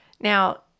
Now